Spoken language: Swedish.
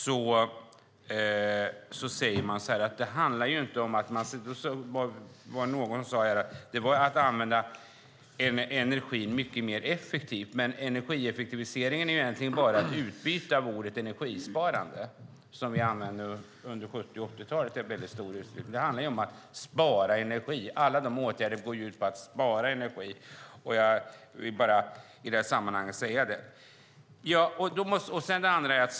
Någon sade att det handlar om att använda energin mycket mer effektivt, men ordet "energieffektivisering" är egentligen bara ett utbyte av ordet "energisparande", som vi använde under 70 och 80-talen i väldigt stor utsträckning. Det handlar om att spara energi. Alla dessa åtgärder går ut på att spara energi. Jag vill bara säga det i detta sammanhang.